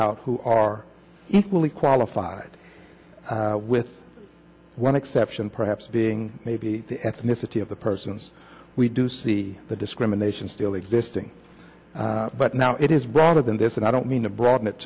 out who are equally qualified with one exception perhaps being maybe the ethnicity of the persons we do see the discrimination still existing but now it is broader than this and i don't mean to broaden it